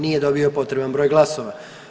Nije dobio potreban broj glasova.